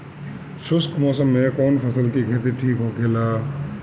शुष्क मौसम में कउन फसल के खेती ठीक होखेला?